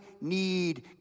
need